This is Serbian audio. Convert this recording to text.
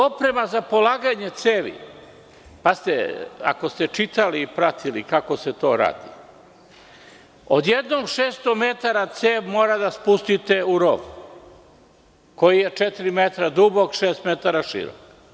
Oprema za polaganje cevi, ako ste čitali i pratili kako se to radi, odjednom 600 metara cevi mora da se spusti u rov koji je 4 metra dubok i 6 metara širok.